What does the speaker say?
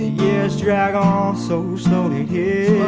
years drag on so slowly yeah